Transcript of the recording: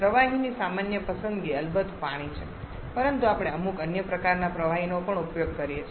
પ્રવાહીની સામાન્ય પસંદગી અલબત્ત પાણી છે પરંતુ આપણે અમુક અન્ય પ્રકારના પ્રવાહીનો પણ ઉપયોગ કરી શકીએ છીએ